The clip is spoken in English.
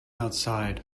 outside